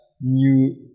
new